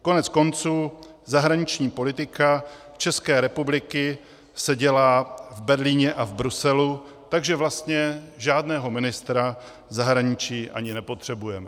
Koneckonců zahraniční politika České republiky se dělá v Berlíně a v Bruselu, takže vlastně žádného ministra zahraničí ani nepotřebujeme.